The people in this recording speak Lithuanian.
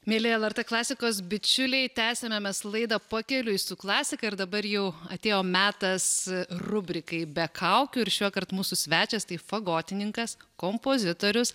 mieli lrt klasikos bičiuliai tęsiame mes laidą pakeliui su klasika ir dabar jau atėjo metas rubrikai be kaukių ir šiuokart mūsų svečias tai fagotininkas kompozitorius